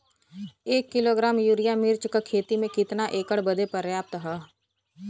एक kilogram urea मिर्च क खेती में कितना एकड़ बदे पर्याप्त ह?